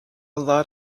lot